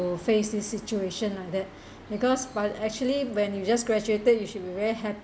face this situation like that because but actually when you just graduated you should be very happy